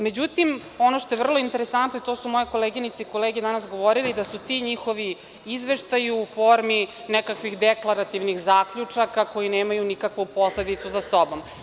Međutim, ono što je vrlo interesantno, to su moje koleginice i kolege danas govorili, da su ti njihovi izveštaji u formi nekakvih deklarativnih zaključaka koji nemaju nikakvu posledicu sa sobom.